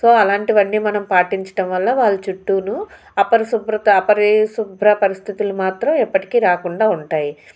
so అలాంటివన్నీ మనం పాటించటం వల్ల వాళ్ళ చుట్టూను అపరిశుభ్రత అపరిశుభ్ర పరిస్థితులు మాత్రం ఎప్పటికీ రాకుండా ఉంటాయి